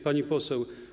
Pani Poseł!